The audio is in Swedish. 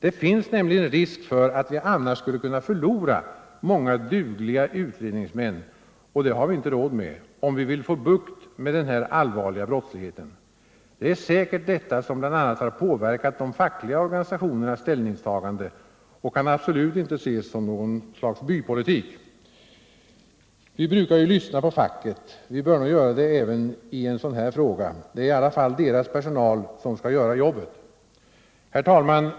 Det finns nämligen risk för att vi annars skulle förlora många dugliga utredningsmän, och det har vi inte råd med om vi vill få bukt med den här allvarliga brottsligheten. Det är säkert detta som bl.a. har påverkat de fackliga organisationernas ställningstagande och kan absolut inte ses som något slags bypolitik. Vi brukar ju lyssna på facket. Vi bör nog göra det även i en sådan här fråga; det är i alla fall fackets personal som skall göra jobbet. Herr talman!